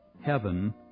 heaven